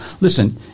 listen